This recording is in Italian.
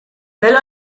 tel